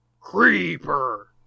Creeper